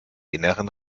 inneren